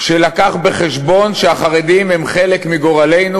שהביא בחשבון שהחרדים הם חלק מגורלנו